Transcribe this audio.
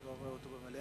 אני לא רואה אותו במליאה.